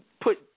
put –